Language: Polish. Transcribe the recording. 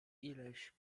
ileś